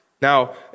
Now